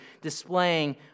displaying